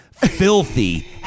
Filthy